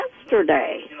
yesterday